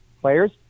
players